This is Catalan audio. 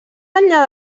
enllà